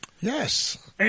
Yes